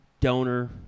donor